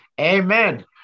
amen